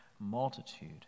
Multitude